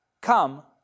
Come